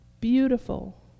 beautiful